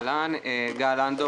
שלום.